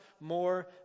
more